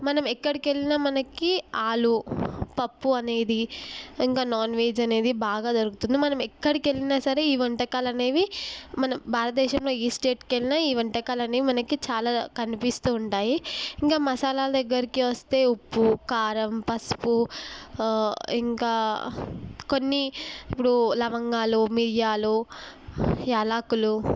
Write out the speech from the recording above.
మనం ఎక్కడికి వెళ్ళినా మనకి ఆలు పప్పు అనేది ఇంక నాన్ వెజ్ అనేది బాగా దొరుకుతుంది మనం ఎక్కడికి వెళ్ళినా సరే ఈ వంటకాలు అనేవి మన భారతదేశంలో ఈ స్టేట్కి వెళ్ళిన ఈ వంటకాలనీ మనకి చాలా కనిపిస్తూ ఉంటాయి ఇంకా మసాలాల దగ్గరికి వస్తే ఉప్పు కారం పసుపు ఇంకా కొన్ని ఇప్పుడు లవంగాలు మిరియాలు యాలక్కులు